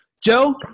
Joe